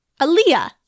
Aaliyah